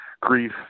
grief